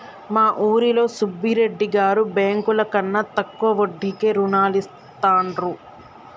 మా ఊరిలో సుబ్బిరెడ్డి గారు బ్యేంకుల కన్నా తక్కువ వడ్డీకే రుణాలనిత్తండ్రు